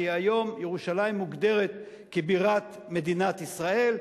כי היום ירושלים מוגדרת בירת מדינת ישראל,